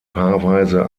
paarweise